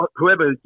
whoever